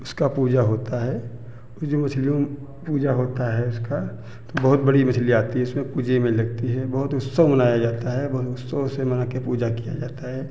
उसका पूजा होता है वो जो मछलियों में पूजा होता है उसका तो बहुत बड़ी मछली आती है उसमें पूजे में लगती है बहुत उत्सव मनाया जाता है बहुत उत्सव से मना के पूजा किया जाता है